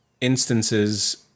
instances